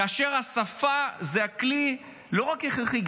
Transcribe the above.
כאשר השפה זה כלי לא רק הכרחי,